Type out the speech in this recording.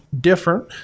different